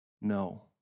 No